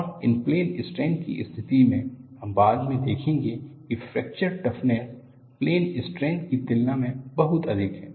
और इन plane strain की स्थिति में हम बाद में देखेंगे की फ्रैक्चर टफनेस प्लेन स्ट्रेन की तुलना में बहुत अधिक है